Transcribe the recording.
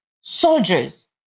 soldiers